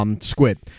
Squid